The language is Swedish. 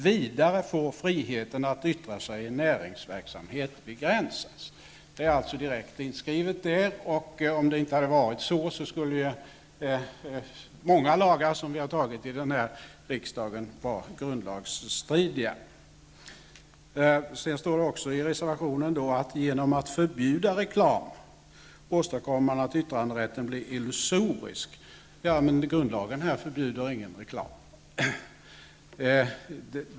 Vidare får friheten att yttra sig i näringsverksamhet begränsas.'' Det är alltså direkt inskrivet i regeringsformen. Om det inte hade varit så, skulle många lagar vi har antagit i denna riksdag vara grundlagsstridiga. Det står också i reservationen att genom att förbjuda reklam åstadkommer man att yttranderätten blir illusorisk. Men grundlagen förbjuder här ingen reklam.